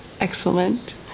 Excellent